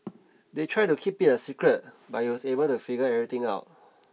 they tried to keep it a secret but he was able to figure everything out